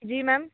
जी ma'am